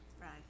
right